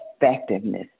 effectiveness